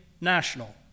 national